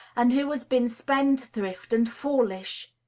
and who has been spend-thrift and foolish.